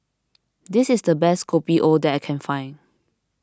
this is the best Kopi O that I can find